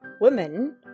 women